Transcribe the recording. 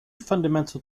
fundamental